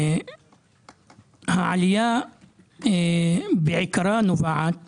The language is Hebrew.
העלייה בעיקרה נובעת